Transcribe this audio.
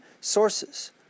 sources